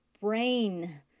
brain